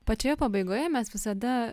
pačioje pabaigoje mes visada